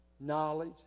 knowledge